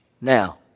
Now